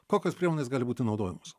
kokios priemonės gali būti naudojamos